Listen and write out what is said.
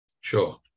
Sure